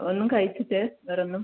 ഒന്നും കഴിച്ചിട്ട് വേറെ ഒന്നും